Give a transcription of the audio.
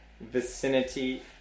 vicinity